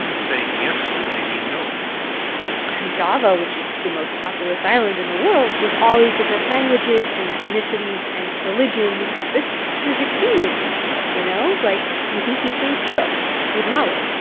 saying yes when they mean no on java, which is the most populous island in the world, you have all these different languages and ethnicities and religions. this is extremely useful, you know? like, you can keep things chill with malu.